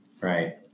Right